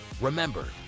Remember